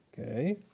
Okay